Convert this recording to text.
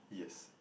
yes